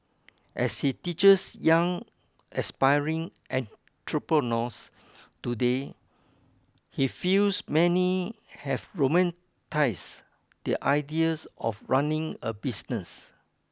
as he teaches young aspiring entrepreneurs today he feels many have romanticise the ideas of running a business